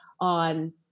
on